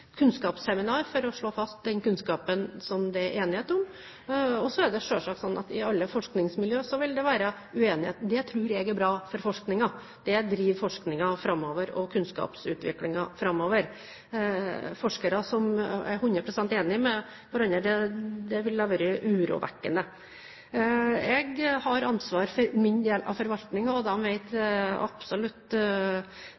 kunnskapsseminar for å slå fast den kunnskapen som det er enighet om. Så er det selvsagt sånn at i alle forskningsmiljø vil det være uenighet. Det tror jeg er bra for forskningen. Det driver forskningen og kunnskapsutviklingen framover. Det ville vært urovekkende om forskerne var 100 pst. enige med hverandre. Jeg har ansvar for min del av forvaltningen, og